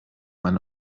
einen